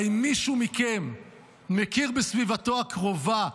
האם מישהו מכם מכיר בסביבתו הקרובה,